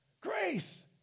Grace